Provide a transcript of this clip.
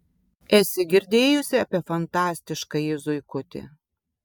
esi girdėjusi apie fantastiškąjį zuikutį